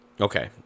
Okay